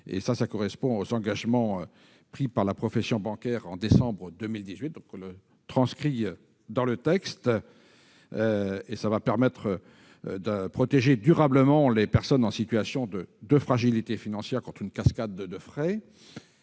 Cela correspond aux engagements pris par la profession bancaire en décembre 2018, que nous transcrivons dans le texte. Cette mesure va permettre de protéger durablement les personnes en situation de fragilité financière contre une cascade de frais.